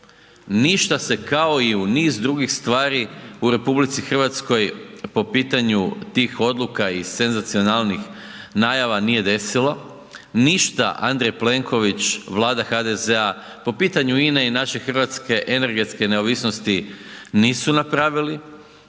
Ništa se kao i u niz drugih stvari u RH po pitanju tih odluka i senzacionalnih najava nije desilo, ništa Andrej Plenković, Vlada HDZ-a po pitanju INA-e i naše hrvatske energetske neovisnosti nisu napravili,